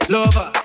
Lover